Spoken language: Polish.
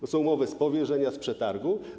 To są umowy z powierzenia, z przetargu.